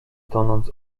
tonąc